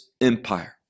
empire